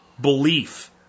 Belief